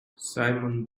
simon